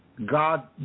God